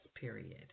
period